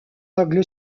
anglo